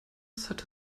set